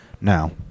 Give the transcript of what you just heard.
Now